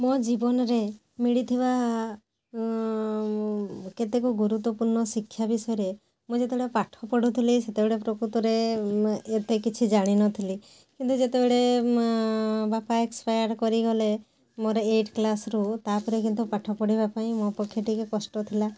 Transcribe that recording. ମୋ ଜୀବନରେ ମିଳିଥିବା କେତେକ ଗୁରୁତ୍ୱପୂର୍ଣ୍ଣ ଶିକ୍ଷା ବିଷୟରେ ମୁଁ ଯେତେବେଳେ ପାଠ ପଢ଼ୁଥିଲି ସେତେବେଳେ ପ୍ରକୃତରେ ଏତେ କିଛି ଜାଣିନଥିଲି କିନ୍ତୁ ଯେତେବେଳେ ବାପା ଏକ୍ସପାୟାଡ଼୍ କରିଗଲେ ମୋର ଏଇଟ୍ କ୍ଲାସ୍ରୁ ତା'ପରେ କିନ୍ତୁ ପାଠ ପଢ଼ିବା ପାଇଁ ମୋ ପକ୍ଷେ ଟିକେ କଷ୍ଟ ଥିଲା